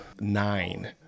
Nine